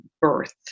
Birth